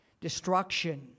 destruction